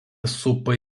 supa